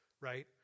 right